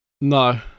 No